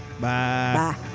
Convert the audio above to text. Bye